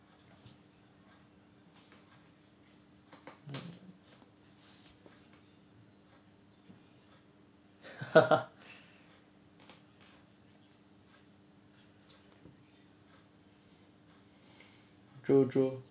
true true